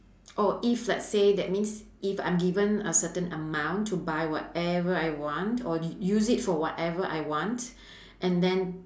oh if let's say that means if I'm given a certain amount to buy whatever I want or u~ use it for whatever I want and then